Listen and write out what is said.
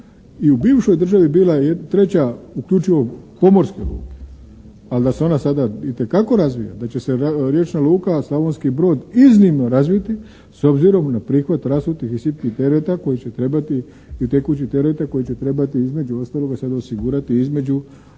i u bivšoj državi bila treća uključivo pomorske luke ali da se ona sada itekako razvija, da će se riječna luka Slavonski Brod iznimno razviti s obzirom na prihod rasutih i sitnih tereta i tekućih tereta koji će trebati između ostaloga sada osigurati između